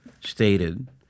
stated